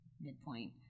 midpoint